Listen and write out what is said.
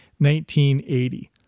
1980